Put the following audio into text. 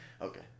okay